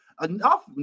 enough